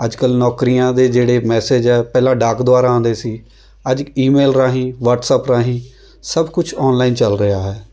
ਅੱਜ ਕੱਲ੍ਹ ਨੌਕਰੀਆਂ ਦੇ ਜਿਹੜੇ ਮੈਸਿਜ ਹੈ ਪਹਿਲਾਂ ਡਾਕ ਦੁਆਰਾ ਆਉਂਦੇ ਸੀ ਅੱਜ ਈਮੇਲ ਰਾਹੀਂ ਵੱਟਸਅੱਪ ਰਾਹੀਂ ਸਭ ਕੁਝ ਔਨਲਾਈਨ ਚੱਲ ਰਿਹਾ ਹੈ